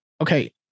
okay